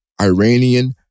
Iranian